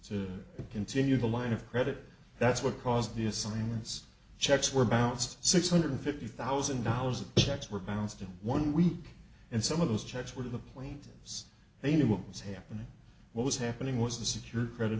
to continue the line of credit that's what caused the assignments checks were bounced six hundred fifty thousand dollars checks were bounced in one week and some of those checks were the plaintiffs they knew what was happening what was happening was the secured credit